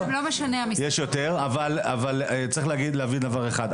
אבל צריך להבין דבר אחד,